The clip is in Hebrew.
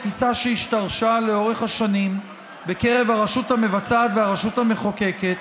התפיסה שהשתרשה לאורך השנים בקרב הרשות המבצעת והרשות המחוקקת,